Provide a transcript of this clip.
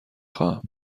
خواهم